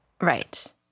Right